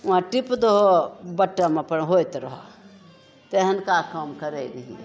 उहाँ टिप दहो बटम अपन होइत रहऽ तेहनका काम करै रहियै